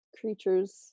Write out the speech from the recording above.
creatures